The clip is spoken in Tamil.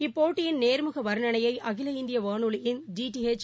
இந்தப்போட்டியின் நேர்முகவர்ணளைய அகில இந்தியவானொலியின் டி டி எக்